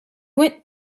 went